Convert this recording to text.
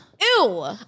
Ew